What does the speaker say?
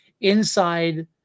inside